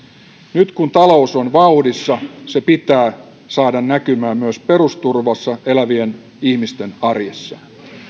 nyt kun talous on vauhdissa se pitää saada näkymään myös perusturvalla elävien ihmisten arjessa